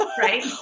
right